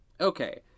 Okay